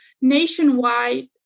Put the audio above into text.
nationwide